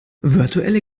virtuelle